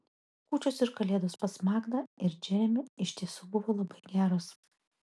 kūčios ir kalėdos pas magdą ir džeremį iš tiesų buvo labai geros